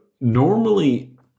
normally